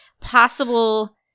possible